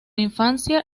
infancia